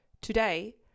Today